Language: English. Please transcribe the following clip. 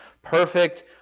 Perfect